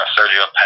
Sergio